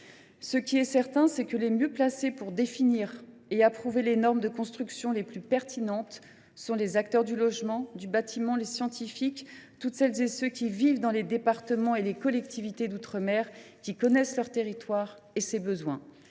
Ce qui est certain, c’est que les personnes les mieux placées pour définir et approuver les normes de construction les plus pertinentes sont les acteurs du logement, du bâtiment, les scientifiques, toutes celles et tous ceux qui vivent dans les départements et les régions d’outre mer, qui connaissent leur territoire et ses besoins.